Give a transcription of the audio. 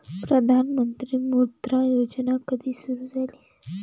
प्रधानमंत्री मुद्रा योजना कधी सुरू झाली?